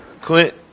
Clint